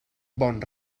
bon